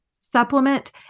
supplement